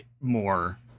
more